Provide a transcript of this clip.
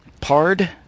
Pard